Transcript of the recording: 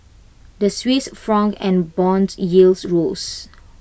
the Swiss Franc and Bond yields rose